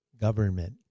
government